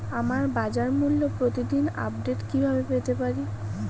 আমরা বাজারমূল্যের প্রতিদিন আপডেট কিভাবে পেতে পারি?